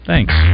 Thanks